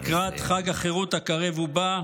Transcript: לקראת חג החירות הקרב ובא,